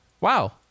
wow